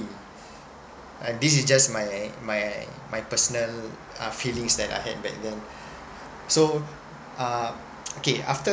uh this is just my my my personal uh feelings that I had back then so uh okay after